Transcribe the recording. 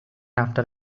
after